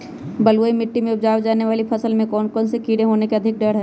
बलुई मिट्टी में उपजाय जाने वाली फसल में कौन कौन से कीड़े होने के अधिक डर हैं?